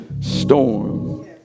storm